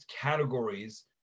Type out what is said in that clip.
categories